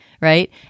right